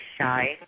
shy